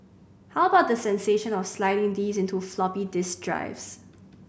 how about the sensation of sliding these into floppy disk drives